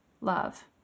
love